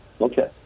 Okay